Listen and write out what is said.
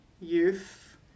youth